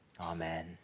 Amen